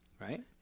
right